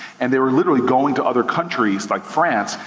and they were literally going to other countries, like france,